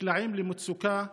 נקלעים למצוקה ולרדיפה,